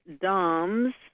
Dom's